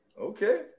Okay